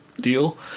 deal